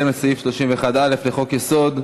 הצעת חוק העונשין (תיקון מס' 120)